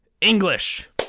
English